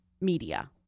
media